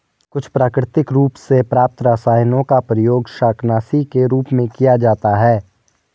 कुछ प्राकृतिक रूप से प्राप्त रसायनों का प्रयोग शाकनाशी के रूप में किया जाता है